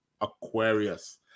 Aquarius